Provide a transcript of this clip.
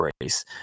race